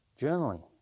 Journaling